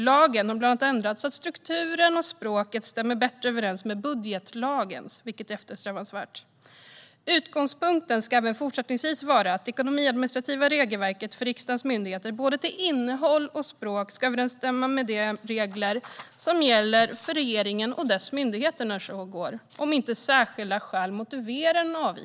Lagen har bland annat ändrats så att strukturen och språket stämmer bättre överens med budgetlagens, vilket är eftersträvansvärt. Utgångspunkten ska även fortsättningsvis vara att det ekonomiadministrativa regelverket för riksdagens myndigheter till både innehåll och språk ska överensstämma med de regler som gäller för regeringen och dess myndigheter, om inte särskilda skäl motiverar en avvikelse.